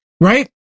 right